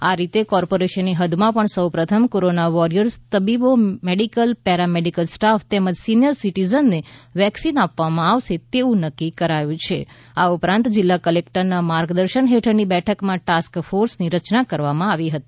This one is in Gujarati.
આજ રીતે કોર્પોરેશનની હૃદમાં પણ સૌપ્રથમ કોરોના વોરિયર્સ તબીબો મેડિકલ પેરા મેડિકલ સ્ટાફ તેમજ સિનિયર સિટીઝનને વેક્સિન આપવામાં આવશે તેવું નક્કી કરાયું છે આ ઉપરાંત જિલ્લા કલેકટરના માર્ગદર્શન હેઠળની બેઠકમાં ટાસ્ક ફોર્સની રચના કરવામાં આવી હતી